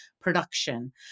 production